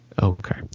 Okay